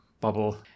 bubble